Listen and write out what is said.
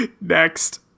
Next